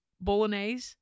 bolognese